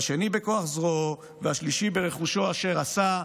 השני בכוח זרועו והשלישי ברכוש אשר עשה.